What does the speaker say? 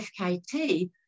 FKT